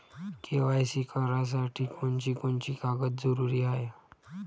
KYC करासाठी कोनची कोनची कागद जरुरी हाय?